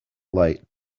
light